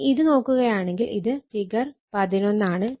ഇനി ഇത് നോക്കുകയാണെങ്കിൽ ഇത് ഫിഗർ 11 ആണ്